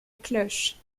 cloche